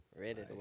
ready